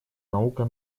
наука